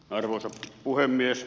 arvoisa puhemies